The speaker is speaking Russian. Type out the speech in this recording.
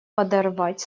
подорвать